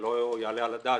ולא יעלה על הדעת